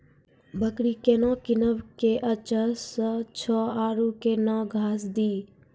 बकरी केना कीनब केअचछ छ औरू के न घास दी?